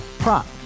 Prop